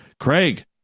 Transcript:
Craig